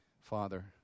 Father